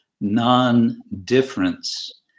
non-difference